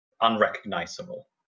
unrecognizable